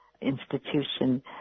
institution